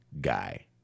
guy